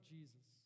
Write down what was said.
Jesus